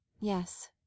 Yes